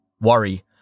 Worry